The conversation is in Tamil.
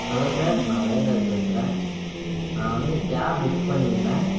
ஹலோ சார் நான் மயில்ராஜ் பேசுகிறேன் நான் வந்து கேப் புக் பண்ணிருந்தேன்